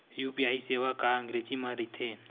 UPI सेवा का अंग्रेजी मा रहीथे?